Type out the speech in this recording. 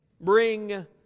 bring